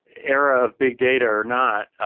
era of big data or not,